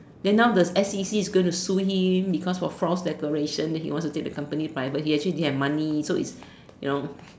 then now the S_C_C is gonna Sue him because of false declaration then he wants to take the company private he actually didn't have money so it's you know